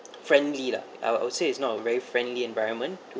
friendly lah I would I would say it's not a very friendly environment to